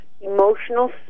emotional